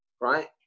right